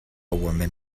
woman